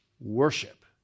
worship